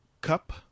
Cup